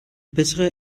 bessere